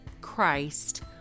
Christ